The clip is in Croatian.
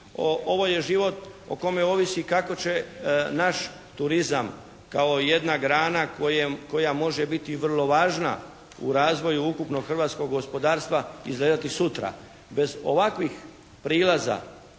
ovo je život o kome ovisi kako će naš turizam kao jedna grana koja može biti vrlo važna u razvoju ukupnog hrvatskog gospodarstva izgledati sutra. Bez ovakvih prilaza